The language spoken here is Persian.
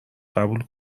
قبول